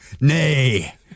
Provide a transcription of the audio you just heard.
Nay